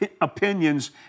opinions